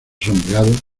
sombreado